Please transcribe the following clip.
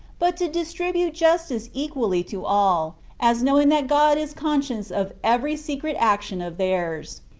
but to distribute justice equally to all, as knowing that god is conscious of every secret action of theirs.